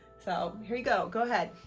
so here you go, go ahead.